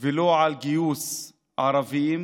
ולא על גיוס ערבים